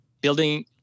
building